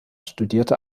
studierte